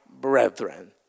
brethren